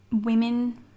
women